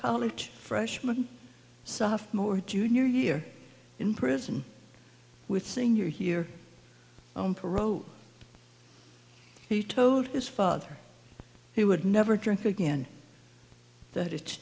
college freshman sophomore junior year in prison with senior here on parole he told his father he would never drink again that it's